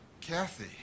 Kathy